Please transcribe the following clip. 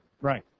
Right